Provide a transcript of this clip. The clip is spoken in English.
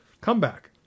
comeback